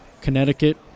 Connecticut